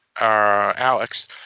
Alex